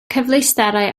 cyfleusterau